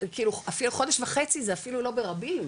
אפילו חודש וחצי, זה אפילו לא ברבים,